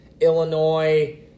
Illinois